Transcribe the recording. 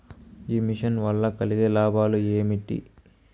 ఈ మిషన్ వల్ల కలిగే లాభాలు ఏమిటి?